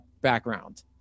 background